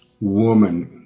woman